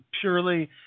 purely